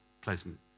pleasant